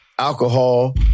alcohol